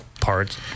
parts